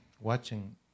watching